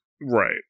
Right